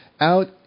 out